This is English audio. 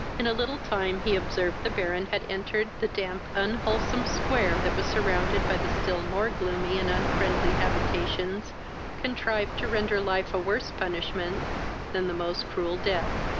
in a little time he observed the baron had entered the damp unwholesome square that was surrounded by the still more gloomy and unfriendly habituations contrived to render life a worse punishment than the most cruel death.